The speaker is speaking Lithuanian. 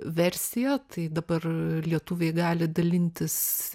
versiją tai dabar lietuviai gali dalintis